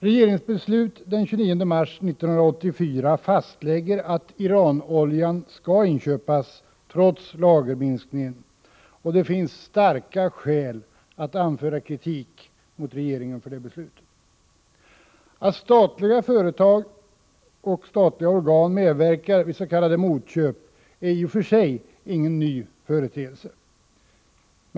Regeringsbeslut den 29 mars 1984 fastlägger att Iranoljan skall inköpas trots lagerminskningen, och det finns starka skäl att anföra kritik mot regeringen för det beslutet. Att statliga organ medverkar vid s.k. motköp är i och för sig ingen ny företeelse.